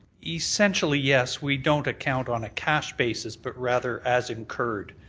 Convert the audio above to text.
essentially, yes. we don't account on a cash basis but rather as incurred.